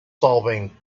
solving